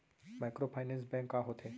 Microfinance bank का होथे?